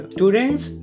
Students